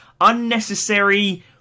unnecessary